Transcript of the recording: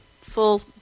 full